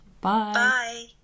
Bye